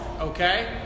Okay